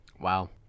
Wow